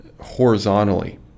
horizontally